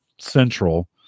Central